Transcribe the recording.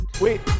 Wait